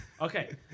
Okay